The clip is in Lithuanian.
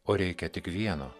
o reikia tik vieno